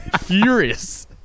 Furious